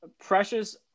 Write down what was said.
Precious